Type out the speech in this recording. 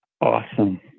awesome